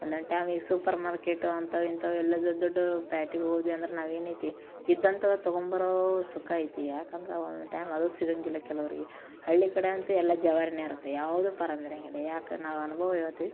ಒಂದೊಂದು ಟೈಮ್ ಈಗ super market ಅಂಥವು ಇಂಥವು ಎಲ್ಲ ದೊಡ್ಡ ದೊಡ್ಡೋರು ಪ್ಯಾಟಿಗೋದ್ವಿ ಅಂದ್ರೆ ನಾವೇನೈತಿ ಇದ್ದಂಥವು ತಗೊಂಬರೋ ಸುಖ ಐತಿ ಯಾಕಂದ್ರೆ ಒಂದೊಂದು ಟೈಮ್ ಅದೂ ಸಿಗಂಗಿಲ್ಲ ಕೆಲವರಿಗೆ ಹಳ್ಳಿ ಕಡೆ ಅಂತೂ ಎಲ್ಲ ಜವಾರಿಯೇ ಇರತ್ತೆ ಯಾವುದೂ ಪಾರಮ್ ಇರೋಂಗಿಲ್ಲ ಯಾಕೆ ನಾವು ಅನುಭವ ಹೇಳ್ತಿವಿ